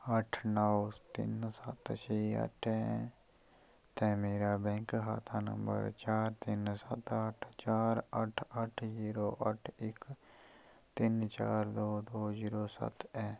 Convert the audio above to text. अट्ठ नौ तिन्न सत्त छे अट्ठ ऐ ते मेरा बैंक खाता नंबर चार तिन्न सत्त अट्ठ चार अट्ठ अट्ठ जीरो अट्ठ इक तिन्न चार दो दो जीरो सत्त ऐ